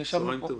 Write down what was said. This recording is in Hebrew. צוהריים טובים.